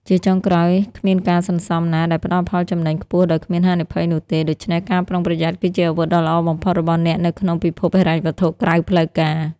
ជាចុងក្រោយ គ្មានការសន្សំណាដែលផ្ដល់ផលចំណេញខ្ពស់ដោយគ្មានហានិភ័យនោះទេ ដូច្នេះ "ការប្រុងប្រយ័ត្ន" គឺជាអាវុធដ៏ល្អបំផុតរបស់អ្នកនៅក្នុងពិភពហិរញ្ញវត្ថុក្រៅផ្លូវការ។